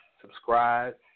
Subscribe